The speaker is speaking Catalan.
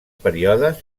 períodes